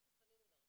אנחנו פנינו לרשות.